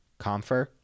Comfer